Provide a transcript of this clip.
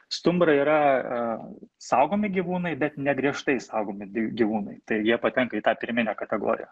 stumbrai yra saugomi gyvūnai bet ne griežtai saugomi gyvūnai tai jie patenka į tą pirminę kategoriją